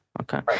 Okay